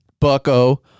Bucko